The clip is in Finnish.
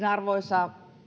arvoisa